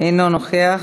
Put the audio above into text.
אינו נוכח.